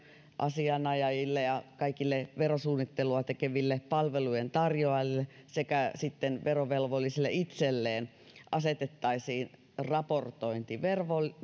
asianajajille ja kaikille verosuunnittelua tekeville palvelujentarjoajille sekä verovelvollisille itselleen asetettaisiin raportointivelvollisuus